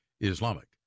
Islamic